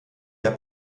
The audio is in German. der